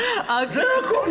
אני חושבת